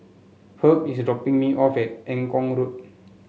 Herb is dropping me off at Eng Kong Road